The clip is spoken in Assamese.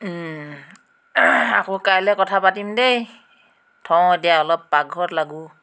আকৌ কাইলৈ কথা পাতিম দেই থওঁ এতিয়া পাকঘৰত লাগোঁ